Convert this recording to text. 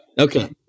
Okay